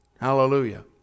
Hallelujah